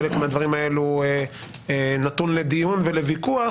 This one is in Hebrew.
חלק מהדברים האלו נתון לדיון ולוויכוח,